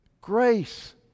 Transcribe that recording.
Grace